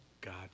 God